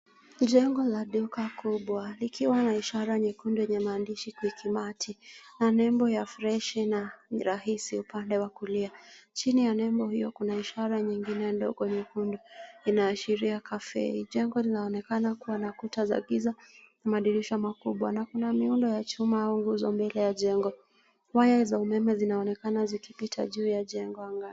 Jengo la duka kubwa likiwa na ishara yenye maandishi Quickmart na naembo ya fresh and easy upande wa kulia. Chini ya nembo hiyo kuna ishara nyingine ndogo nyekundu inaashiria cafe .Jengo linaonekana kuwa na kuta za giza na madirisha makubwa na kuna miundo ya chuma au nguzo mbele ya jengo. Waya za umeme zinaonekana zikipita juu ya jengo.